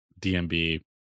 DMB